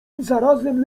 zarazem